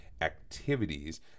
activities